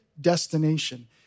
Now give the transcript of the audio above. destination